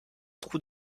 trou